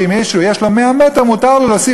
שאם מישהו יש לו 100 מטר מותר לו להוסיף,